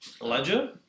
Ledger